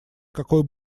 какой